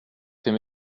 fait